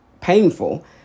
painful